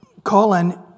Colin